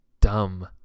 dumb